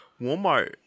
Walmart